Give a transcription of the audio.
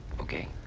okay